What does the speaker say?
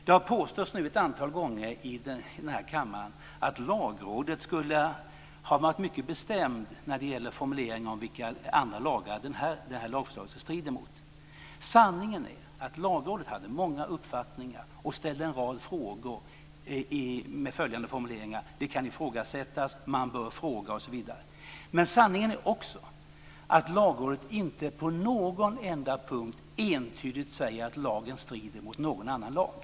Det har nu påståtts ett antal gånger i denna kammare att Lagrådet skulle ha varit mycket bestämd i formuleringen om vilka andra lagar det här lagförslaget strider emot. Sanningen är att Lagrådet hade många uppfattningar och ställde en rad frågor med formuleringar som att det kan ifrågasättas, man bör fråga osv. Men sanningen är också att Lagrådet inte på någon enda punkt entydigt säger att lagen strider mot någon annan lag.